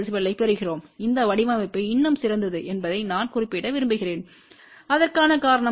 3 dBயைப் பெறுகிறோம் இந்த வடிவமைப்பு இன்னும் சிறந்தது என்பதை நான் குறிப்பிட விரும்புகிறேன் அதற்கான காரணம் அது